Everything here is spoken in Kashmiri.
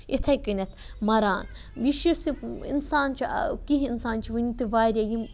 اِتھَے کٔنٮ۪تھ مَران یہِ چھِ یُس یہِ اِنسان چھُ کیٚنٛہہ اِنسان چھِ وٕنہِ تہِ واریاہ یِم